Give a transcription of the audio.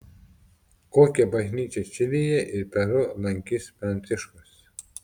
kokią bažnyčią čilėje ir peru lankys pranciškus